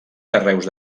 carreus